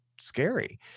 scary